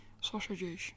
sausages